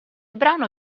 brano